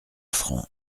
francs